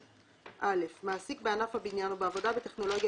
2. "(א) מעסיק בענף הבניין או בעבודה בטכנולוגיה